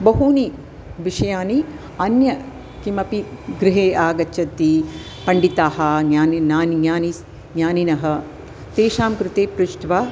बहूनि विषयाः अन्य किमपि गृहे आगच्छति पण्डिताः ज्ञानी ज्ञानी ज्ञानी स् ज्ञानिनः तेषां कृते पृष्ट्वा